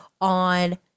on